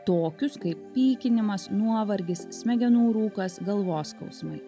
tokius kaip pykinimas nuovargis smegenų rūkas galvos skausmai